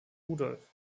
rudolf